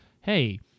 hey